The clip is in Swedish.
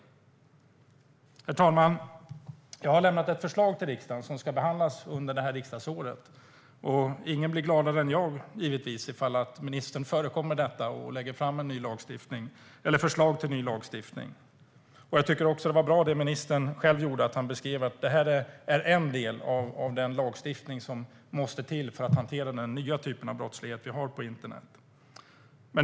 Herr talman! Jag har lämnat ett förslag till riksdagen som ska behandlas under innevarande riksmöte. Ingen blir gladare än jag ifall ministern förekommer det och lägger fram förslag till ny lagstiftning. Ministern sa - vilket var bra - att det här är en del av den lagstiftning som måste till för att hantera den nya typen av brottslighet som förekommer på internet.